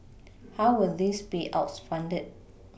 how were these payouts funded